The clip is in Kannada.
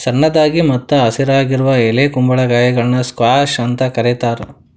ಸಣ್ಣದಾಗಿ ಮತ್ತ ಹಸಿರಾಗಿರುವ ಎಳೆ ಕುಂಬಳಕಾಯಿಗಳನ್ನ ಸ್ಕ್ವಾಷ್ ಅಂತ ಕರೇತಾರ